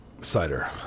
Cider